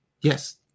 Yes